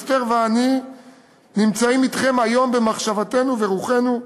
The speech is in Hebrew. אסתר ואני נמצאים אתכם היום במחשבתנו ורוחנו".